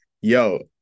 yo